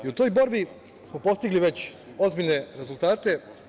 U toj borbi smo postigli već ozbiljne rezultate.